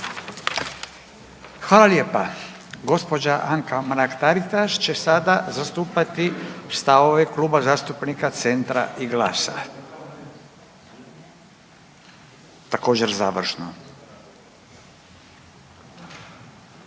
Hvala lijepa. Gđa. Anka Mrak-Taritaš će sada zastupati stavove Kluba zastupnika Centra i GLAS-a. Također, završno. Izvolite.